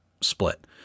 split